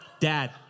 Dad